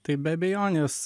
tai be abejonės